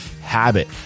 habit